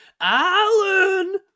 Alan